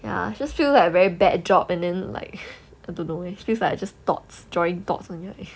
ya just feel like very bad job and then like I don't know eh feels like just dots drawing dots on your